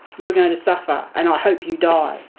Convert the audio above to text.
you are going to suffer and i hope you die.